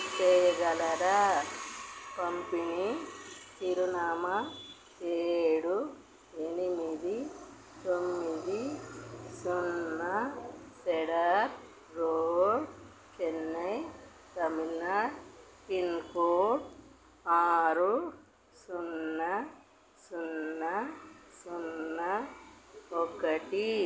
చేయగలరా పంపిణీ చిరునామా ఏడు ఎనిమిది తొమ్మిది సున్నా సడార్ రోడ్ చెన్నై తమిళనాడు పిన్కోడ్ ఆరు సున్నా సున్నా సున్నా ఒకటి